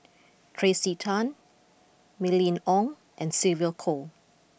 Tracey Tan Mylene Ong and Sylvia Kho